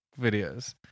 videos